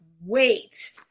wait